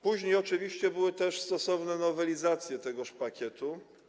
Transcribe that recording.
Później oczywiście były stosowne nowelizacje tegoż pakietu.